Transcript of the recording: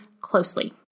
closely